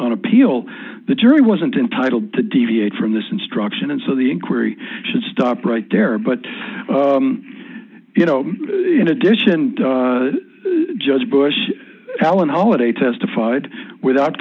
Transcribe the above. on appeal the jury wasn't entitled to deviate from this instruction and so the inquiry should stop right there but you know in addition to judge bush alan holliday testified without